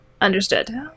Understood